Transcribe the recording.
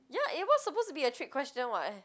ya it was supposed to be a trick question [what]